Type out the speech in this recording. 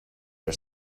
are